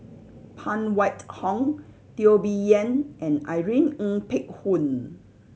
Phan Wait Hong Teo Bee Yen and Irene Ng Phek Hoong